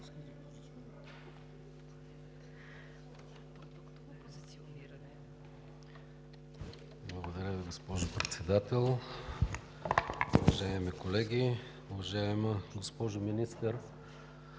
Благодаря Ви, госпожо Председател. Уважаеми колеги! Уважаема госпожо Министър,